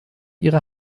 ihre